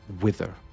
wither